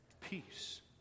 peace